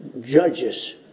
judges